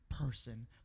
person